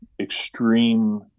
extreme